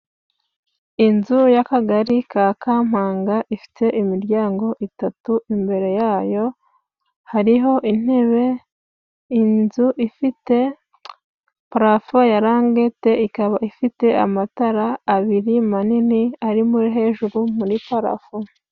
Inzu y'akagari ka Kampanga ifite imiryango itatu imbere yayo, hariho intebe. Inzu ifite parafo ya langete, ikaba ifite amatara abiri manini arimo hejuru muri parafu.